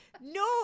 No